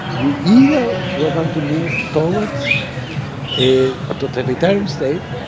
we either were going to move towards a totalitarian state,